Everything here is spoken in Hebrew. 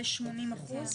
ערוך